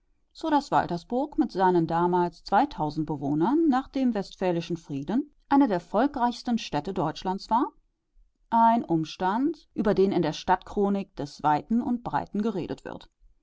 so daß waltersburg mit seinen damals zwei bewohnern nach dem westfälischen frieden eine der volkreichsten städte deutschlands war ein umstand über den in der stadtchronik des weiten und breiten geredet wird